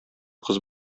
кыз